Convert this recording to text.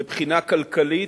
מבחינה כלכלית,